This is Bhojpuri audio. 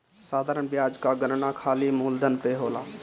साधारण बियाज कअ गणना खाली मूलधन पअ होला